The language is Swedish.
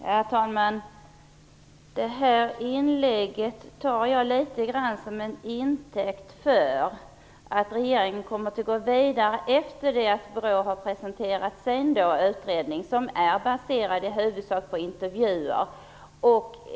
Herr talman! Det här inlägget tar jag litet grand som en intäkt för att regeringen kommer att gå vidare efter det att BRÅ har presenterat sin utredning, som i huvudsak är baserad på intervjuer.